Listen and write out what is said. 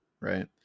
Right